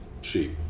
sheep